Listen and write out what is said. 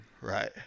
Right